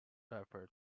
referred